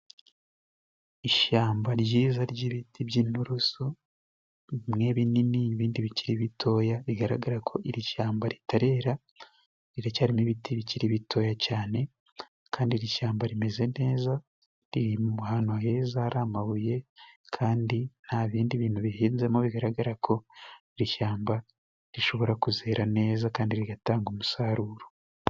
Ishyamba ryiza ry'ibiti by'inturusu bimwe binini ibindi bikiri bitoya bigaragara ko iri shyamba ritarera. Riracyarimo ibiti bikiri bitoya cyane kandi iri shyamba rimeze neza riri ma ahantu heza hari amabuye, kandi nta bindi bintu bihinzemo bigaragara ko iri shyamba rishobora kuzera neza kandi rigatanga umusaruro.